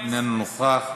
איננו נוכח,